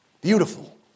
Beautiful